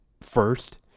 first